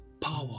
power